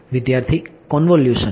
વિદ્યાર્થી કોન્વોલ્યુશન